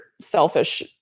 selfish